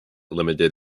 limited